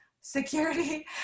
security